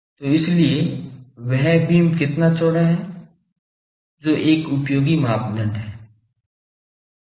तो इसीलिए वह बीम कितना चौड़ा है जो एक उपयोगी मानदंड है